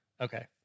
Okay